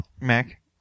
Mac